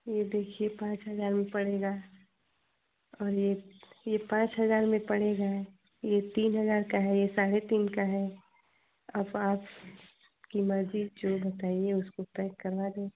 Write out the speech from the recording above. यह देखिए पाँच हज़ार वह पड़ेगा और यह यह पाँच हज़ार में पड़ेगा यह तीन हज़ार का है यह साढ़े तीन हज़ार का है अब आप की मर्ज़ी जो बताइए उसको पैक करवा दें